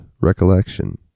Recollection